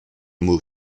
mot